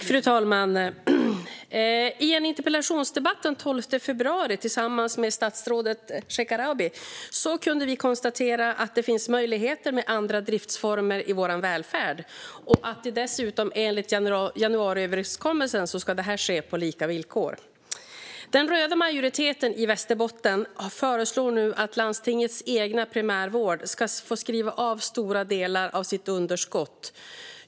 Fru talman! I en interpellationsdebatt den 12 februari med statsrådet Shekarabi kunde vi konstatera att det finns möjligheter till andra driftsformer i vår välfärd. Enligt januariöverenskommelsen ska det dessutom ske på lika villkor. Den röda majoriteten i Västerbotten föreslår nu att landstingets egen primärvård ska få skriva av stora delar av sitt underskott.